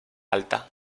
alta